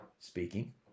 speaking